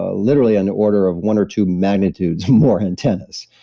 ah literally an order of one or two magnitudes more antennas.